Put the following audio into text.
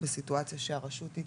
בסיטואציה שהרשות היא